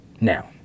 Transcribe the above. Now